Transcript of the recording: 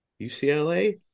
UCLA